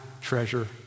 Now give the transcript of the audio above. treasure